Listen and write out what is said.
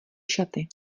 šaty